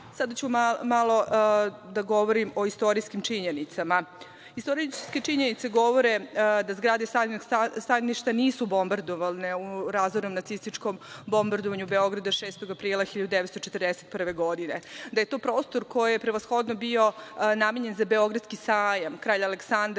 ću malo da govorim o istorijske činjenice. Istorijske činjenice govore da zgrade Starog sajmišta nisu bombardovane u razornom nacističkom bombardovanju Beograda 6. aprila 1941. godine. To je prostor koji je prevashodno bio namenjen za Beogradski sajam. Kralj Aleksandar